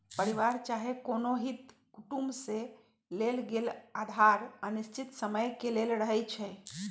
परिवार चाहे कोनो हित कुटुम से लेल गेल उधार अनिश्चित समय के लेल रहै छइ